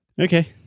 Okay